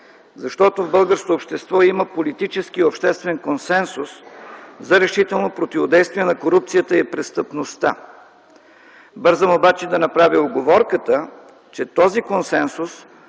Защото в българското общество има политически и обществен консенсус за решително противодействие на корупцията и престъпността. Бързам да направя уговорката, че този консенсус